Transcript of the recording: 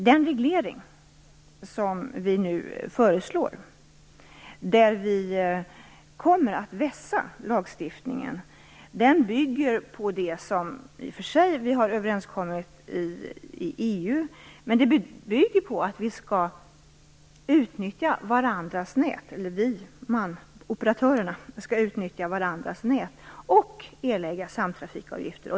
Den reglering vi nu föreslår, där vi kommer att vässa lagstiftningen, bygger på det som vi i och för sig har kommit överens om i EU, nämligen att operatörerna skall utnyttja varandras nät och erlägga samtrafikavgifter.